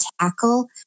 tackle